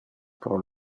pro